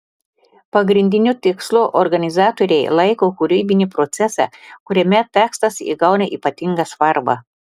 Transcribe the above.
pagrindiniu tikslu organizatoriai laiko kūrybinį procesą kuriame tekstas įgauna ypatingą svarbą